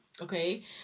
Okay